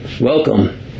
Welcome